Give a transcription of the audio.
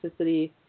toxicity